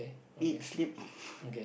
eat sleep